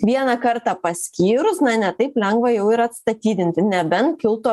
vieną kartą paskyrus na ne taip lengva jau ir atstatydinti nebent kiltų